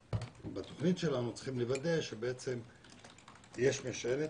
בתוכנית שלנו אנחנו צריכים לוודא שיש משמעות,